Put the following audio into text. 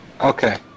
Okay